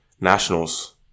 Nationals